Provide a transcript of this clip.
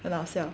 很好笑